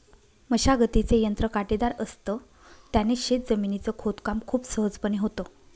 मशागतीचे यंत्र काटेदार असत, त्याने शेत जमिनीच खोदकाम खूप सहजपणे होतं